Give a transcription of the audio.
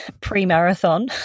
pre-marathon